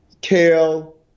kale